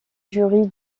jury